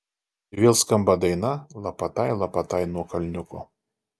ir vėl skamba daina lapatai lapatai nuo kalniuko